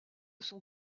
son